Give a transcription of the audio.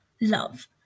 love